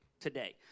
today